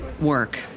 work